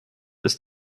ist